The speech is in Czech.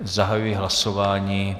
Zahajuji hlasování.